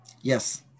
Yes